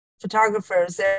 photographers